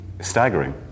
staggering